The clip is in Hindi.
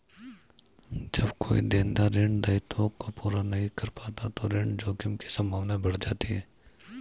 जब कोई देनदार ऋण दायित्वों को पूरा नहीं कर पाता तो ऋण जोखिम की संभावना बढ़ जाती है